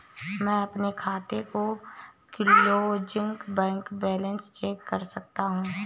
मैं अपने खाते का क्लोजिंग बैंक बैलेंस कैसे चेक कर सकता हूँ?